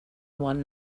one